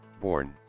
born